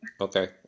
Okay